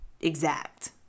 exact